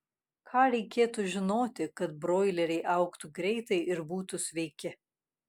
ką reikėtų žinoti kad broileriai augtų greitai ir būtų sveiki